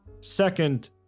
Second